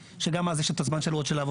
שגם אז יש את הזמן של העבודה,